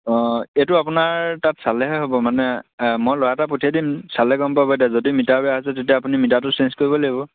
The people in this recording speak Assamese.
অঁ এইটো আপোনাৰ তাত চালেহে হ'ব মানে মই ল'ৰা এটা পঠিয়াই দিম চালে গম এতিয়া যদি মিটাৰ বেয়া হৈছে তেতিয়া আপুনি মিটাৰটো চেঞ্জ কৰিব লাগিব